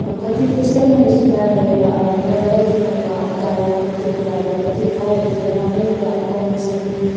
कति त्यसलाई मैले सुधार ल्याएर अब नडराइकन ग गाएँ कति कुराहरू कति ठाउँहरूतिर राम्रै ग गाउन सकेँ